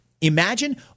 Imagine